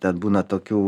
ten būna tokių